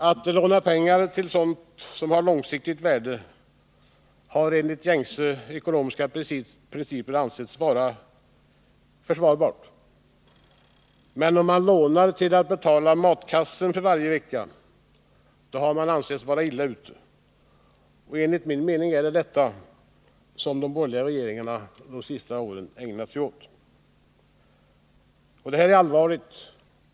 Att låna pengar till sådant som har ett långsiktigt värde har enligt gängse ekonomiska principer ansetts vara försvarbart. men om man lånar för att betala matkassen för varje vecka har man ansetts vara illa ute. Enligt min mening är det detta sistnämnda som de borgerliga regeringarna ägnat sig åt. och detta är allvarligt.